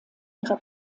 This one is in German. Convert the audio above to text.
ihrer